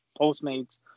postmates